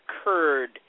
occurred